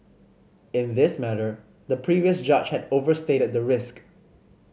in this matter the previous judge had overstated the risk